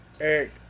Eric